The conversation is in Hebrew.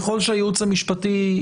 ככל שהייעוץ המשפטי,